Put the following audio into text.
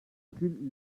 gül